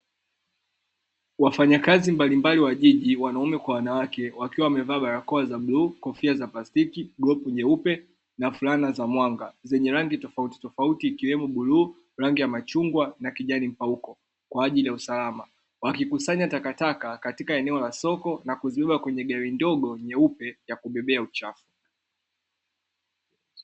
Wafanyakazi mbalimbali wa jiji wanaume kwa wanawake wakiwa wamevaa barakoa za bluu, kofia za plastiki, glovu nyeupe na fulana za mwanga zenye rangi tofauti tofauti ikiwemo bluu, rangi ya machungwa na kijani mpauko kwa ajili ya usalama. Wakikusanya takataka katika eneo la soko na kuzisogeza kwenye gari ndogo nyeupe ya kubebea uchafu.